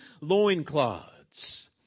loincloths